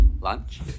Lunch